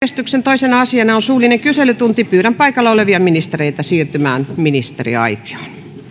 päiväjärjestyksen toisena asiana on suullinen kyselytunti pyydän paikalla olevia ministereitä siirtymään ministeriaitioon